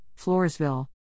Floresville